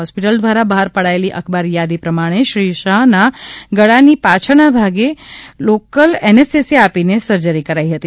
hospital દ્વારા બહાર પડાયેલી અખબારી યાદી પ્રમાણે શ્રી શાહના ગળાની પાછળના ભાગે લોકલ એનેસ્થેશિયા આપીને સર્જરી કરાઇ હતી